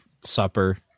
supper